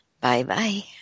Bye-bye